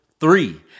three